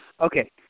Okay